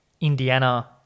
Indiana –